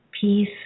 peace